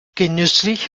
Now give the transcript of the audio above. genüsslich